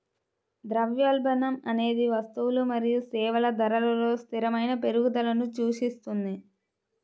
ద్రవ్యోల్బణం అనేది వస్తువులు మరియు సేవల ధరలలో స్థిరమైన పెరుగుదలను సూచిస్తుంది